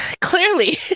Clearly